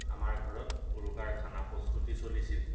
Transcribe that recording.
আমাৰ ঘৰত উৰুকাৰ খানা প্ৰস্তুতি চলিছিল